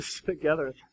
together